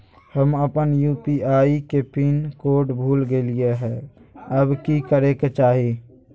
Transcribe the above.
हम अपन यू.पी.आई के पिन कोड भूल गेलिये हई, अब की करे के चाही?